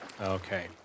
Okay